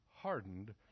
hardened